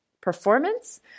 performance